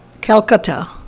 Calcutta